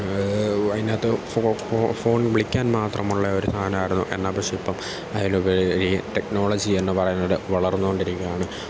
അതിനകത്ത് ഫോൺ വിളിക്കാൻ മാത്രമുള്ളയൊരു സാധനമായിരുന്നു എന്നാൽ പക്ഷേ ഇപ്പം അതിലുപരി ടെക്നോളജി എന്നുപറയുന്നത് വളർന്നു കൊണ്ടിരിക്കുകയാണ്